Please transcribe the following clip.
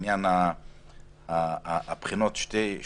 אני רוצה לשאול בעניין הבחינות שתי שאלות.